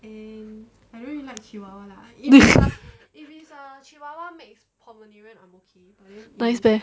nice meh